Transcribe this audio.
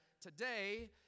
today